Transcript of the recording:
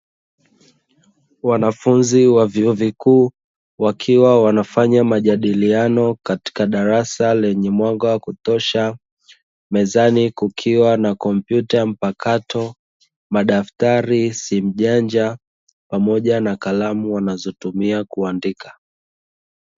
Wanafunzi wa vyuo vikuu wakiwa wanafanya majadiliano katika darasa lenye mwanga wa kutosha. Mezani kukiwa na kompyuta mpakato, madaftari, simu janja pamoja na kalamu wanazotumia kuandika.